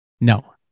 no